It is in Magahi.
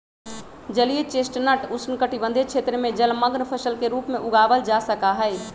जलीय चेस्टनट उष्णकटिबंध क्षेत्र में जलमंग्न फसल के रूप में उगावल जा सका हई